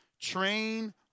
train